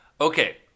okay